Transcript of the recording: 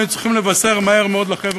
היו צריכים לבשר מהר מאוד לחבר'ה,